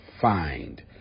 find